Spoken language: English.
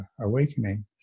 awakening